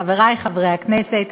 חברי חברי הכנסת,